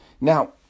Now